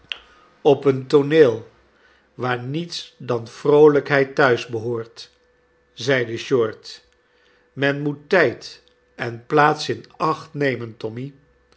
op een nelly tooneel waar niets dan vroolijkheid thuis behoort zeide short men moet tijd en plaats in acht nemen tommy